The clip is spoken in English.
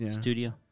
studio